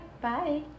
bye